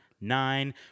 nine